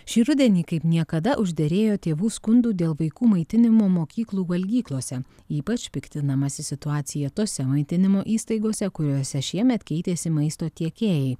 šį rudenį kaip niekada užderėjo tėvų skundų dėl vaikų maitinimo mokyklų valgyklose ypač piktinamasi situacija tose maitinimo įstaigose kuriose šiemet keitėsi maisto tiekėjai